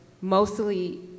mostly